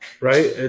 right